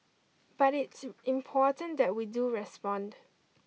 but it's important that we do respond